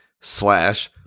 slash